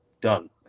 done